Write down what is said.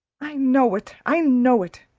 i know it i know it,